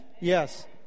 Yes